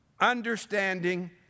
understanding